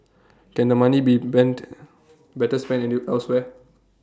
can the money be bent better spent any elsewhere